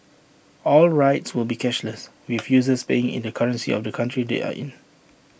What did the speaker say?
all rides will be cashless with users paying in the currency of the country they are in